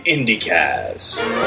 Indycast